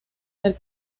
del